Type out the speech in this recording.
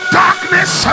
darkness